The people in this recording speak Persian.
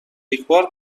یکبار